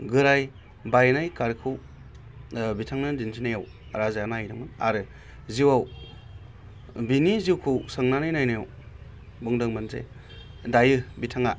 बोराय बायनाय कारखौ बिथांनो दिन्थिनायाव राजाया नायदोंमोन आरो जिउआव बेनि जिउखौ सोंनानै नायनायाव बुंदोंमोन जे दायो बिथाङा